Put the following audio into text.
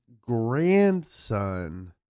grandson